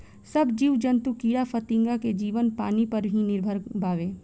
सब जीव जंतु कीड़ा फतिंगा के जीवन पानी पर ही निर्भर बावे